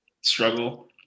struggle